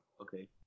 Okay